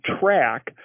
track